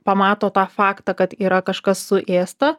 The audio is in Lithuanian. pamato tą faktą kad yra kažkas suėsta